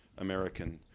american,